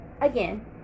again